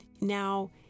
now